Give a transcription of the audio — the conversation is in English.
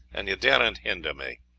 and you daren't hinder me.